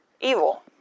evil